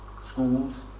schools